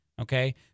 Okay